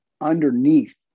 underneath